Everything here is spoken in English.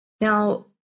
Now